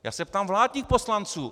Já se ptám vládních poslanců.